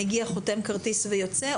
הוא מגיע, חותם כרטיס ויוצא?